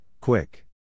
quick